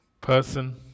person